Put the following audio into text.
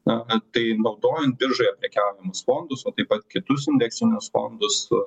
na tai naudojant biržoje prekiaujamus fondus o taip pat kitus indeksinius fondus